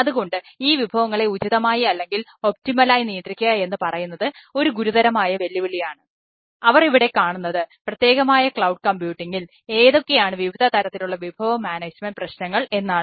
അതുകൊണ്ട് ഈ വിഭവങ്ങളെ ഉചിതമായി അല്ലെങ്കിൽ ഒപ്ടിമലായി പ്രശ്നങ്ങൾ എന്നാണ്